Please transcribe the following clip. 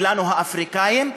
אלינו האפריקנים,